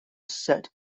set